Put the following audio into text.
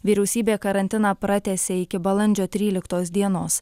vyriausybė karantiną pratęsė iki balandžio tryliktos dienos